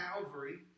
Calvary